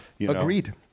Agreed